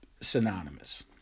synonymous